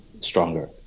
stronger